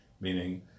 Meaning